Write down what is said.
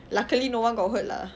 luckily no one got hurt lah